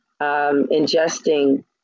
ingesting